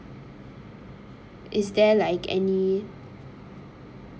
is there like any